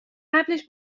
قبلش